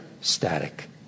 static